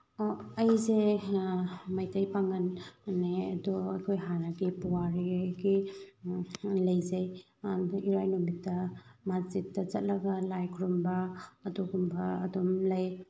ꯑꯩꯁꯦ ꯃꯩꯇꯩ ꯄꯥꯡꯉꯜꯅꯦ ꯑꯗꯣ ꯑꯩꯈꯣꯏ ꯍꯥꯟꯅꯒꯤ ꯄꯨꯋꯥꯔꯤꯒꯤ ꯂꯩꯖꯩ ꯑꯗꯨ ꯏꯔꯥꯏ ꯅꯨꯃꯤꯠꯇ ꯃꯥꯖꯤꯠꯇ ꯆꯠꯂꯒ ꯂꯥꯏ ꯈꯨꯔꯨꯝꯕ ꯑꯗꯨꯒꯨꯝꯕ ꯑꯗꯨꯝ ꯂꯩ